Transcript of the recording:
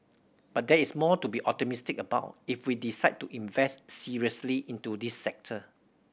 but there is more to be optimistic about if we decide to invest seriously into this sector